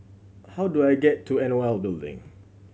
how do I get to NOL Building